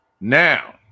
Now